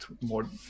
more